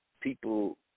people